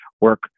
work